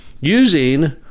using